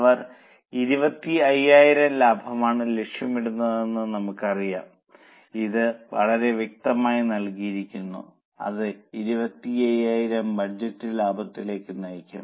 അവർ 25000 ലാഭമാണ് ലക്ഷ്യമിടുന്നതെന്ന് നമുക്കറിയാം ഇത് വളരെ വ്യക്തമായി നൽകിയിരിക്കുന്നു അത് 25000 ബഡ്ജറ്റ് ലാഭത്തിലേക്ക് നയിക്കും